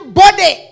body